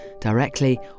directly